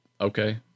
okay